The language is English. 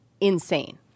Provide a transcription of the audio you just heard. insane